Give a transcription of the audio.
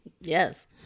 Yes